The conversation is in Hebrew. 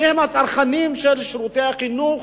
מיהם הצרכנים של שירותי החינוך